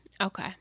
Okay